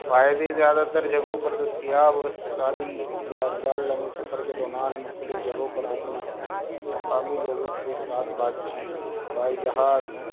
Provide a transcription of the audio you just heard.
فائدہ زیادہ تر جگہوں پر دستیاب اور اقتصادی یادگار لمحے سفر کے دونان مختلف جگہوں پر رکنا مقامی لوگوں کے ساتھ بات چیت ہوائی جہاز